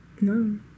No